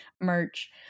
Merch